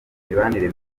imibanire